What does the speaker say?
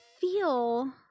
feel